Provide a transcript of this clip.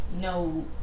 no